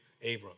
Abram